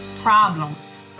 problems